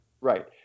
Right